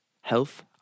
health